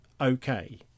okay